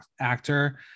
actor